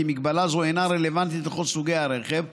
הגבלה זו אינה רלוונטית לכל סוגי הרכב.